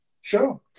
Sure